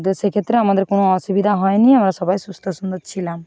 তো সেক্ষেত্রে আমাদের কোনো অসুবিধা হয় নি আমরা সবাই সুস্থ সুন্দর ছিলাম